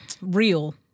real